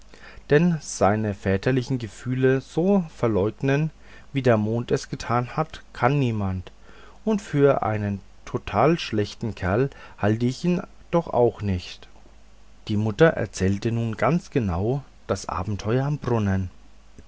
denn seine väterlichen gefühle so verleugnen wie der mond es getan kann niemand und für einen total schlechten kerl halt ich ihn doch auch nicht die mutter erzählte nun ganz genau das abenteuer am brunnen